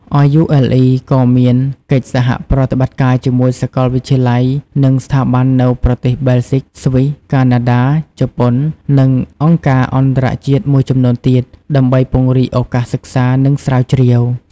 RULE ក៏មានកិច្ចសហប្រតិបត្តិការជាមួយសាកលវិទ្យាល័យ និងស្ថាប័ននៅប្រទេសបែលហ្ស៊ិក ស្វីស កាណាដា ជប៉ុន និងអង្គការអន្តរជាតិមួយចំនួនទៀត ដើម្បីពង្រីកឱកាសសិក្សា និងស្រាវជ្រាវ។